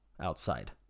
outside